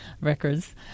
records